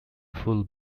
full